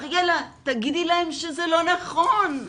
'אריאלה, תגידי להם שזה לא נכון'.